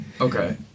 okay